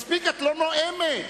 מספיק, את לא נואמת.